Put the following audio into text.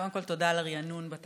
קודם כול, תודה על הריענון בתקנון.